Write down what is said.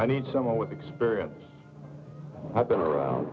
i need someone with experience i've been around